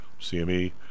CME